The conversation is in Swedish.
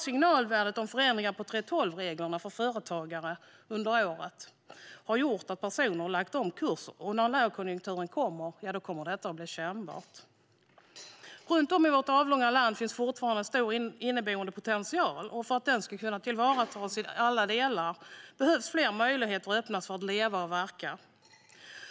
Signalvärdet om förändringar på 3:12-reglerna för företagare under året har gjort att personer har lagt om kurs. När lågkonjunkturen kommer blir det kännbart. Runt om i vårt avlånga land finns fortfarande en stor inneboende potential. För att den ska kunna tillvaratas i alla delar behöver fler möjligheter öppnas för att leva och verka.